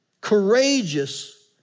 courageous